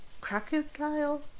crocodile